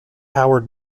howard